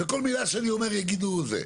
וכל מילה שאני אומר יגידו זה.